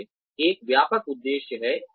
देखिए एक व्यापक उद्देश्य है